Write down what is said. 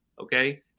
okay